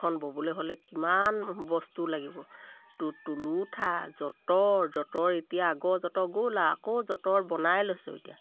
খন ব'বলৈ হ'লে কিমান বস্তু লাগিব তো তোলোঠা যঁতৰ যঁতৰ এতিয়া আগৰ যঁতৰ গ'ল আৰু আকৌ যঁতৰ বনাই লৈছোঁ এতিয়া